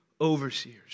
overseers